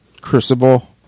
Crucible